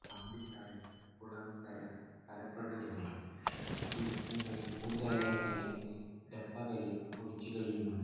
കമ്പിത്തായോ കുളംകര തലപ്പന്ത് കളി ഇതിൽ ഞങ്ങൾ കൂടുതലായും കളിക്കുന്നത് ടപ്പകളിയും ഒളിച്ച് കളിയുമാണ്